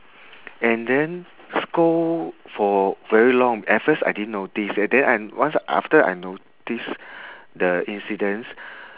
and then scold for very long at first I didn't notice and then I once after I notice the incident